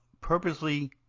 purposely